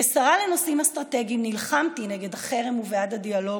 כשרה לנושאים אסטרטגיים נלחמתי נגד החרם ובעד הדיאלוג,